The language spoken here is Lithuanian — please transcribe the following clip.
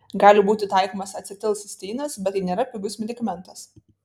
gali būti taikomas acetilcisteinas bet tai nėra pigus medikamentas